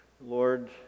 Lord